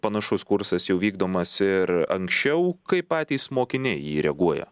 panašus kursas jau vykdomas ir anksčiau kaip patys mokiniai į jį reaguoja